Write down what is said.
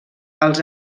els